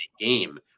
game